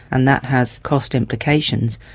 and that has cost implications.